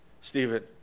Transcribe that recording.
Stephen